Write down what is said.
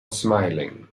smiling